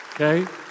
okay